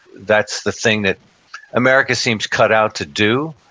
that's the thing that america seems cut out to do.